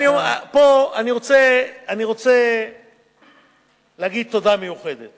אני רוצה להגיד תודה מיוחדת